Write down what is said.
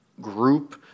group